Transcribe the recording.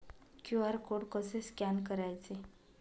QR code कसे scan करायचे?